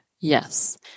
Yes